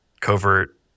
covert